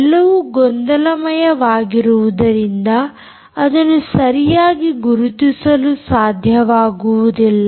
ಎಲ್ಲವೂ ಗೊಂದಲಮಯವಾಗಿರುವುದರಿಂದ ಅದನ್ನು ಸರಿಯಾಗಿ ಗುರುತಿಸಲು ಸಾಧ್ಯವಾಗುವುದಿಲ್ಲ